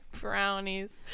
brownies